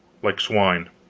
like swine.